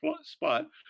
spot